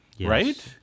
right